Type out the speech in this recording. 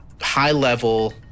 high-level